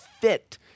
fit